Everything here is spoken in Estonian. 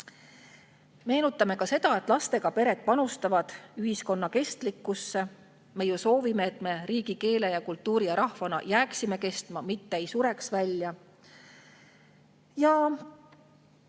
Meenutame ka seda, et lastega pered panustavad ühiskonna kestlikkusse. Me ju soovime, et me riigina jääksime oma keele, kultuuri ja rahvaga kestma, mitte ei sureks välja.